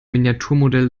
miniaturmodell